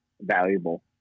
valuable